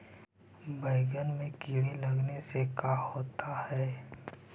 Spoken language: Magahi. बैंगन में कीड़े लगने से का होता है?